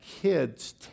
kids